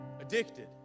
addicted